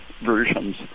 versions